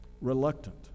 reluctant